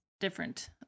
different